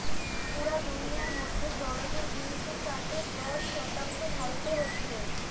পুরা দুনিয়ার মধ্যে জলজ জিনিসের চাষের দশ শতাংশ ভারতে হচ্ছে